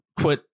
Quit